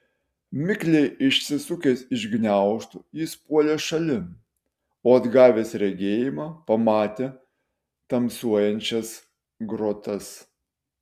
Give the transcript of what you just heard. mikliai išsisukęs iš gniaužtų jis puolė šalin o atgavęs regėjimą pamatė tamsuojančias grotas